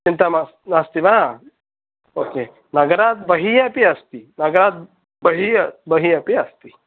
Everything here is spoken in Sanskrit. चिन्ता मास्तु नास्ति वा ओके नगरात् बहिः अपि अस्ति नगरात् बहिः बहिः अपि अस्ति